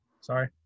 sorry